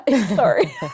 Sorry